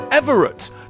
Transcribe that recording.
Everett